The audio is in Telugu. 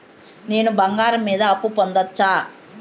నేను బంగారం మీద అప్పు పొందొచ్చా?